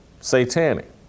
satanic